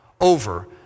over